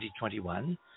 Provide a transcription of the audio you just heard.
2021